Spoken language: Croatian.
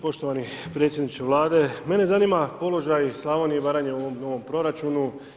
Poštovani predsjedniče Vlade, mene zanima položaj Slavonije i Baranje u ovom novom proračunu.